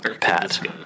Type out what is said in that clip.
Pat